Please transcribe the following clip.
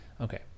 Okay